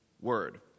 word